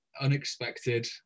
unexpected